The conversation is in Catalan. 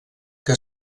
que